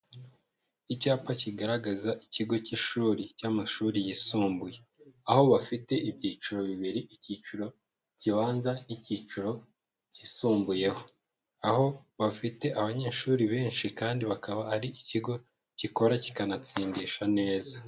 Icyapa kigaragaza ikigo cy'ishuri cy'amashuri yisumbuye, aho bafite ibyiciro bibiri, icyiciro kibanza n'icyiciro kisumbuyeho, aho bafite abanyeshuri benshi kandi bakaba ari ikigo gikora kikanatsindisha neza.